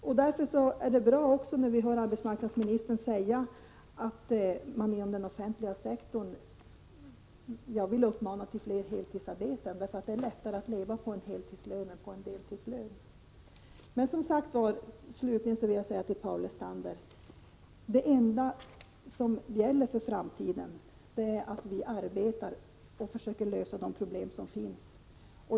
Det är bra att arbetsmarknadsministern säger att man vill uppmana till fler heltidsarbeten inom den 39 nomisk vinning för läkare vid förskrivning av läkemedel offentliga sektorn, därför att det är lättare att leva på en heltidslön än på en deltidslön. Slutligen vill jag till Paul Lestander säga att det enda som gäller för framtiden är att vi arbetar och försöker lösa de problem som finns.